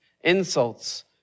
insults